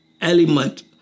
element